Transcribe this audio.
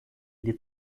ele